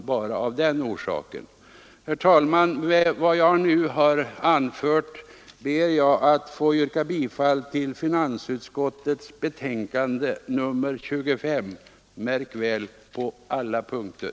Herr talman! Med vad jag nu har anfört ber jag att få yrka bifall till finansutskottets hemställan i dess betänkande nr 25, märk väl på alla punkter.